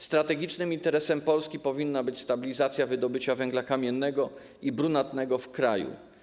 Strategicznym interesem Polski powinna być stabilizacja wydobycia węgla kamiennego i brunatnego w kraju.